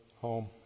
home